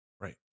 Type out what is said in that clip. right